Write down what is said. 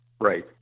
Right